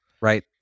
right